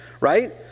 right